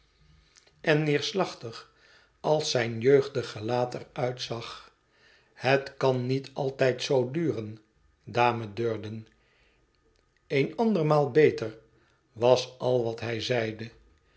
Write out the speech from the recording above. huis neerslachtig als zijn jeugdig gelaat er uitzag het kan niet altijd zoo duren dame durden een andermaal beter was al wat hij zeide